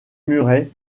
murray